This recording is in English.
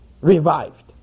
revived